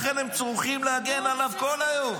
לכן הם צורחים להגן עליו כל היום.